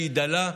שהיא דלה,